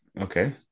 okay